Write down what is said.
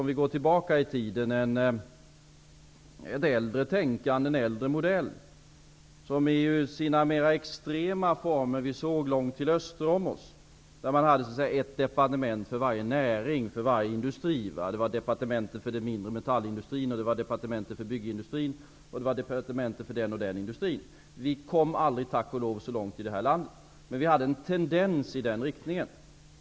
Om vi går tillbaka i tiden fanns ett äldre tänkande, en äldre modell, som vi i sina mera extrema former kunde se långt till öster om oss. Där hade man ett departement för varje näring och för varje industri. Man hade t.ex. ett departement för de mindre metallindustrierna och ett för byggindustrin. I det här landet kom vi tack och lov aldrig så långt, men det fanns en tendens i den riktningen.